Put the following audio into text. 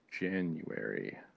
January